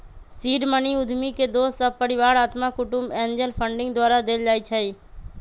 seed money उद्यमी के दोस सभ, परिवार, अत्मा कुटूम्ब, एंजल फंडिंग द्वारा देल जाइ छइ